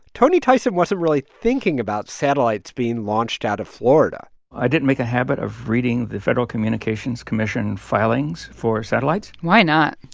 tony tyson wasn't really thinking about satellites being launched out of florida i didn't make a habit of reading the federal communications commission filings for satellites why not?